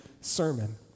sermon